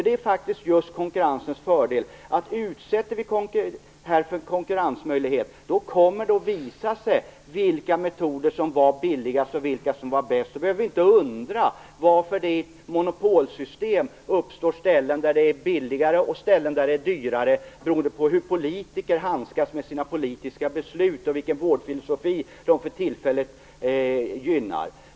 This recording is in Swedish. Det är just konkurrensens fördel. Utsätter vi vården för en konkurrensmöjlighet kommer det att visa sig vilka metoder som var billigast och vilka som var bäst. Vi behöver då inte undra varför det i monopolsystem uppstår ställen där det är billigare och där det är dyrare beroende på hur politiker handskas med politiska beslut och vilken vårdfilosofi som för tillfället gynnas.